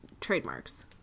trademarks